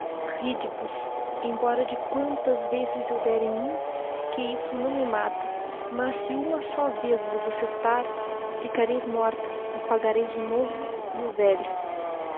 vos embora de quantas vezes eu der em mim i que isso naõ me mata mas se huma só vez vos acertar ficareis môrtá e pagareis o novo ç o velho